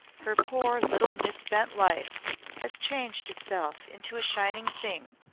her poor, little misspent life has changed itself into a shining thing,